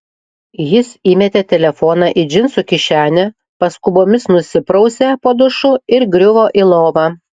jis įmetė telefoną į džinsų kišenę paskubomis nusiprausė po dušu ir griuvo į lovą